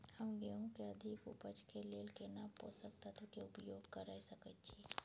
हम गेहूं के अधिक उपज के लेल केना पोषक तत्व के उपयोग करय सकेत छी?